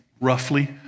roughly